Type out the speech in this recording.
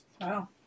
Wow